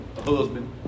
husband